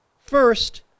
First